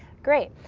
great.